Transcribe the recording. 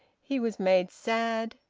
he was made sad,